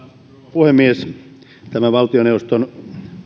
puhemies tämän valtioneuvoston